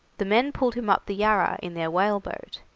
the men pulled him up the yarra in their whaleboat.